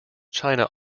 china